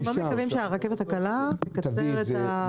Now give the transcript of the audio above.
אנחנו גם מתכוונים שהרכבת הקלה תעשה קישוריות.